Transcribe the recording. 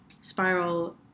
spiral